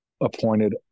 Appointed